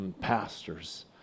pastors